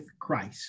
Christ